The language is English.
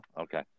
Okay